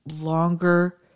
longer